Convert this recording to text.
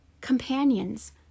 Companions